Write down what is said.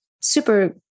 super